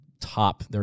top